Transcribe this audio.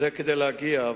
זה כדי להגיע.